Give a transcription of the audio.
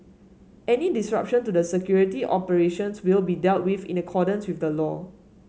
any disruption to the security operations will be dealt with in accordance with the law